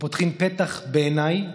ופותחים פתח, בעיניי,